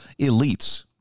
elites